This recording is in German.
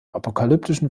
apokalyptischen